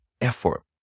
effort